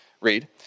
read